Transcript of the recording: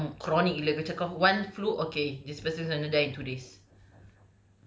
ya macam case macam chronic gila macam kau once flu okay this person is going to die in two days